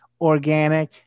organic